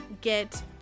get